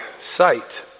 sight